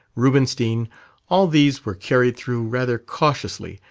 rubinstein all these were carried through rather cautiously,